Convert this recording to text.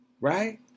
Right